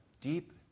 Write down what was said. deep